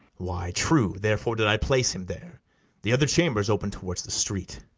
why, true therefore did i place him there the other chambers open towards the street.